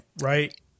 right